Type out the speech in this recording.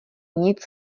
nic